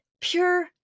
pure